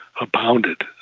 abounded